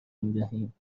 میدهیم